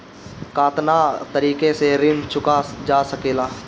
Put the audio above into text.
कातना तरीके से ऋण चुका जा सेकला?